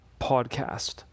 podcast